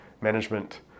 Management